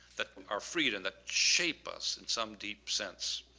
that are free and that shape us in some deep sense.